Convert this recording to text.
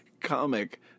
comic